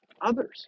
others